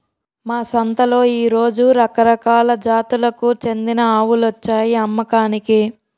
మా సంతలో ఈ రోజు రకరకాల జాతులకు చెందిన ఆవులొచ్చాయి అమ్మకానికి